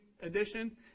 Edition